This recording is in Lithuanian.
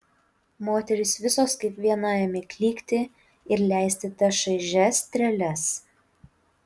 moterys visos kaip viena ėmė klykti ir leisti tas šaižias treles